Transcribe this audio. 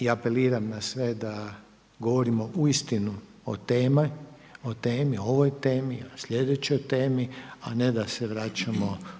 i apeliram na sve da govorimo uistinu o temi, o ovoj temi, o sljedećoj temi a ne da se vraćamo